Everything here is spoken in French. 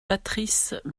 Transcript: patrice